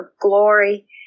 glory